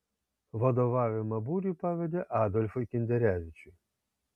vadovavimą būriui pavedė adolfui kinderevičiui